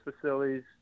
facilities